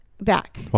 back